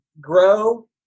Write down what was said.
grow